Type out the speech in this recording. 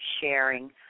sharing